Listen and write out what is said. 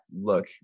look